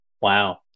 Wow